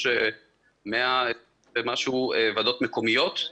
יש מאה ומשהו ועדות מקומיות,